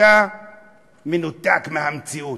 אתה מנותק מהמציאות.